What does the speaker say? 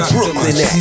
Brooklyn